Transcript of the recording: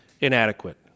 inadequate